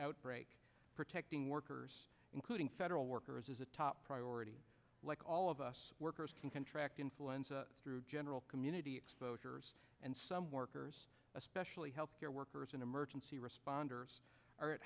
outbreak protecting workers including federal workers is a top priority like all of us workers can contract influenza through general community exposures and some workers especially health care workers and emergency responders